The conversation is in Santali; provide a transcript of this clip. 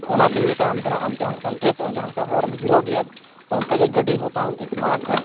ᱚᱱᱟᱛᱮᱧ ᱢᱮᱛᱟᱢ ᱠᱟᱱᱟ ᱡᱟᱦᱟᱸ ᱞᱮᱠᱟᱢ ᱰᱨᱮᱥᱚᱜᱼᱟ ᱡᱟᱦᱟᱸ ᱞᱮᱠᱟ ᱦᱚᱲᱮᱢ ᱦᱤᱨᱳᱜᱮᱭᱟ ᱚᱱᱠᱟᱜᱮ ᱜᱟᱹᱰᱤ ᱦᱚᱛᱟᱢ ᱥᱢᱟᱴ ᱟᱨ